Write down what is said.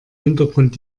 hintergrund